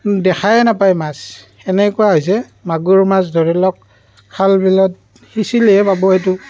দেখাই নাপায় মাছ সেনেকুৱা হৈছে মাগুৰ মাছ ধৰি লওক খাল বিলত সিঁচিলেহে পাব সেইটো